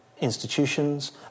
institutions